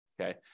Okay